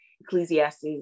Ecclesiastes